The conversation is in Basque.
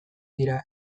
dira